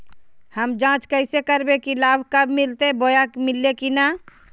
हम जांच कैसे करबे की लाभ कब मिलते बोया मिल्ले की न?